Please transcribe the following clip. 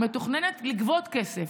היא מתוכננת לגבות כסף.